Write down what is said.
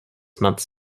months